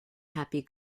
happy